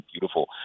beautiful